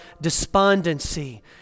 despondency